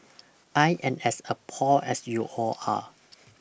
I am as appalled as you all are